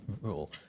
rule